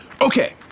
Okay